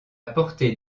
portée